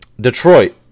Detroit